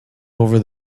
over